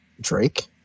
Drake